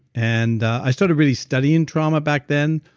and i started really studying trauma back then,